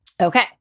Okay